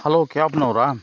hello ಕ್ಯಾಬ್ನವರಾ